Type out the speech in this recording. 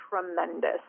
tremendous